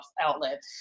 outlet